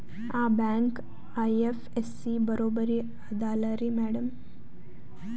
ಆ bank IFSC ಬರೊಬರಿ ಅದಲಾರಿ ಮ್ಯಾಡಂ?